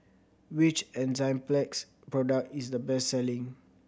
which Enzyplex product is the best selling